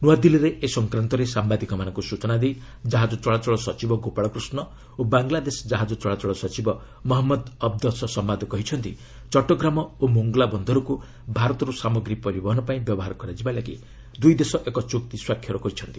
ନୂଆଦିଲ୍ଲୀରେ ଏ ସଂକ୍ରାନ୍ତରେ ସାମ୍ବାଦିକମାନଙ୍କୁ ସୂଚନା ଦେଇ ଜାହାଜ ଚଳାଚଳ ସଚିବ ଗୋପାଳକୁଷ୍ଣ ଓ ବାଙ୍ଗ୍ଲାଦେଶ ଜାହାଜ ଚଳାଚଳ ସଚିବ ମହମ୍ମଦ ଅବ୍ଦଶ୍ ସମାଦ କହିଛନ୍ତି ଚଟଗ୍ରାମ ଓ ମୋଙ୍ଗ୍ଲା ବନ୍ଦରକୁ ଭାରତରୁ ସାମଗ୍ରୀ ପରିବହନ ପାଇଁ ବ୍ୟବହାର କରାଯିବାକୁ ଦୁଇ ଦେଶ ଏକ ଚୁକ୍ତି ସ୍ୱାକ୍ଷର କରିଛନ୍ତି